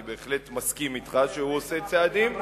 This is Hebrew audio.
אני בהחלט מסכים אתך שהוא עושה צעדים,